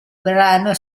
brano